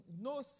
no